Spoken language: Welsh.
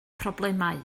problemau